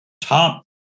top